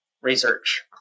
research